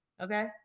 Okay